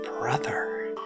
Brother